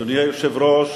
אדוני היושב-ראש,